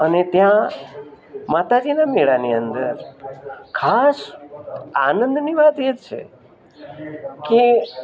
અને ત્યાં માતાજીના મેળાની અંદર ખાસ આનંદની વાત એ જ છે કે